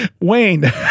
Wayne